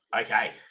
Okay